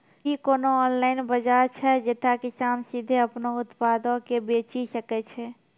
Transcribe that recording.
कि कोनो ऑनलाइन बजार छै जैठां किसान सीधे अपनो उत्पादो के बेची सकै छै?